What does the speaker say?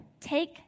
take